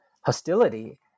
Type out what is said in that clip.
hostility